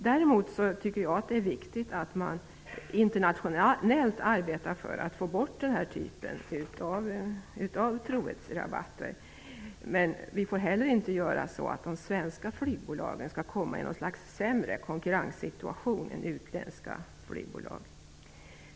Däremot är det viktigt att arbeta internationellt för att få bort den här typen av trohetsrabatter. Men vi får heller inte göra så att de svenska flygbolagen hamnar i en sämre konkurrenssituation än utländska flygbolag.